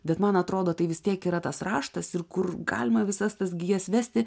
bet man atrodo tai vis tiek yra tas raštas ir kur galime visas tas gijas vesti